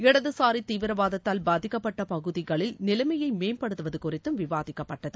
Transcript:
இடது சாரி தீவிரவாதத்தால் பாதிக்கப்பட்ட பகுதிகளில் நிலமைமையை மேம்படுத்துவது குறித்தும் விவாதிக்கப்பட்டது